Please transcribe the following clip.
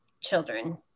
children